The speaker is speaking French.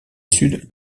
sud